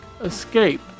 escape